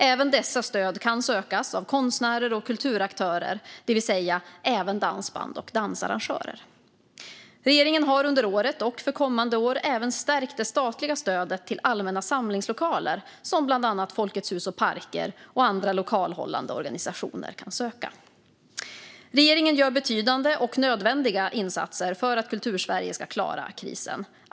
Även dessa stöd kan sökas av konstnärer och kulturaktörer, det vill säga även dansband och dansarrangörer. Regeringen har under året och för kommande år även stärkt det statliga stödet till allmänna samlingslokaler, som bland annat Folkets Hus och Parker och andra lokalhållande organisationer kan söka. Regeringen gör betydande och nödvändiga insatser för att Kultursverige ska klara krisen.